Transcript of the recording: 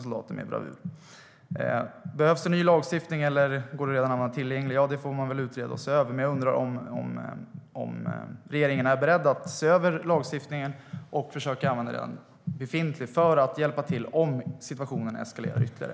Om det behövs ny lagstiftning eller om det går att använda redan tillgänglig sådan får man väl utreda och se över, men jag undrar om regeringen är beredd att se över lagstiftningen och försöka använda redan befintlig lagstiftning för att hjälpa till om situationen eskalerar ytterligare.